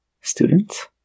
students